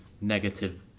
negative